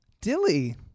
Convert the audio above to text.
Dilly